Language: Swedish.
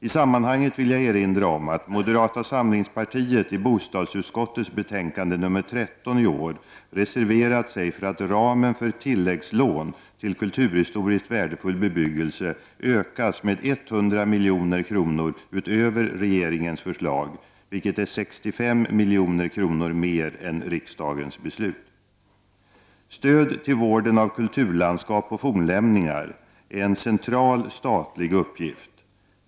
I sammanhanget vill jag erinra om att moderata samlingspartiet i bostadsutskottets betänkande 13 i år reserverat sig för att ramen för tilläggslån till kulturhistoriskt värdefulll bebyggelse ökas med 100 milj.kr. utöver regeringens förslag, vilket är 65 milj.kr. mer än riksdagens beslut. Stöd till vården av kulturlandskap och fornlämningar är en central statlig uppgift.